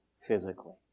physically